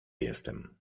jestem